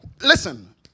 listen